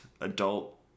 adult